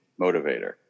motivator